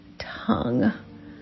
tongue